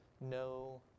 no